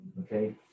Okay